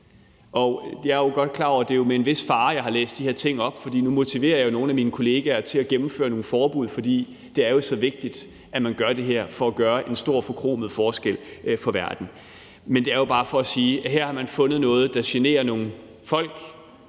Jeg er jo godt klar over, at det jo er forbundet med en vis fare at læse de her ting op, for nu motiverer jeg nogle af mine kollegaer til at gennemføre nogle forbud, fordi det jo anses for så vigtigt, at man gør det for at gøre en stor forkromet forskel for verden. Det er bare for at sige, at her har man fundet noget, der generer nogle folk,